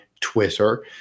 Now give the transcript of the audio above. twitter